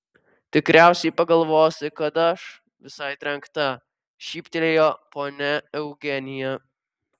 tikriausiai pagalvosi kad aš visai trenkta šyptelėjo ponia eugenija